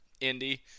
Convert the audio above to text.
Indy